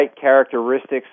characteristics